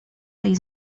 tej